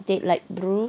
take light blue